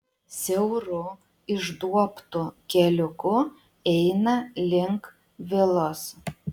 siauru išduobtu keliuku eina link vilos